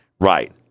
right